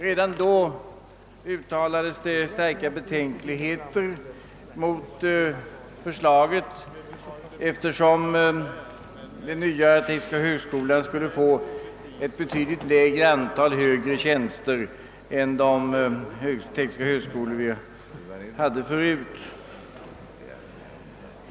Redan då uttalades det starka betänkligheter mot förslaget, eftersom den nya tekniska högskolan skulle få betydligt färre högre tjänster än de tekniska högskolor vi redan har.